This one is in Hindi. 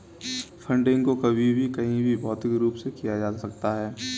फंडिंग को कभी भी कहीं भी भौतिक रूप से किया जा सकता है